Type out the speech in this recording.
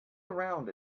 around